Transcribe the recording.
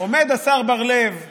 עומד השר בר לב ומדבר,